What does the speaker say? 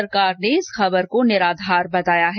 सरकार ने इस खबर को निराधार बताया है